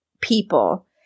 people